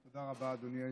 תודה רבה, אדוני היושב-ראש.